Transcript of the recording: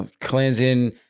cleansing